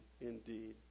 indeed